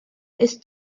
ist